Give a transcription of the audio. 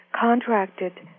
contracted